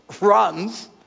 runs